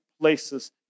places